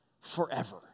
forever